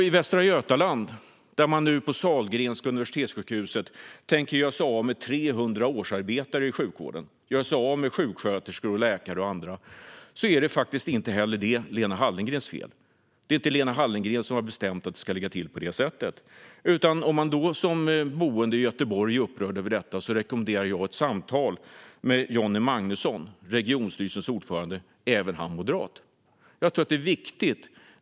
I Västra Götaland tänker man nu göra sig av med 300 årsarbetare i sjukvården - sjuksköterskor, läkare och andra. Inte heller det är Lena Hallengrens fel. Det är inte Lena Hallengren som har bestämt att det ska ligga till på det sättet, utan om man som boende i Göteborg är upprörd över detta rekommenderar jag ett samtal med Johnny Magnusson, regionstyrelsens ordförande, även han moderat.